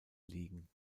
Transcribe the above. liegen